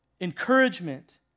encouragement